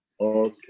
Okay